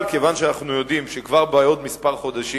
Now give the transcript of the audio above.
אבל כיוון שאנחנו יודעים שכבר בעוד כמה חודשים